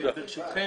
ברשותכם,